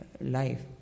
life